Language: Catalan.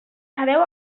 sabeu